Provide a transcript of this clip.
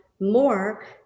more